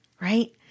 right